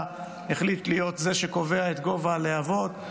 החליט להיות זה שקובע את גובה הלהבות,